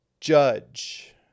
judge